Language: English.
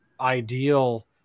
ideal